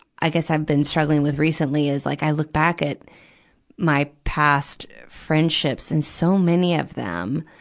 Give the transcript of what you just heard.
i guess i've been struggling with recently is like i look back at my past friendships. and so many of them,